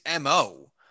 mo